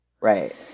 right